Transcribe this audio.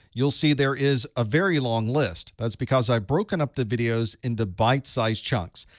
you'll see there is a very long list. that's because i've broken up the videos into bit-sized chunks,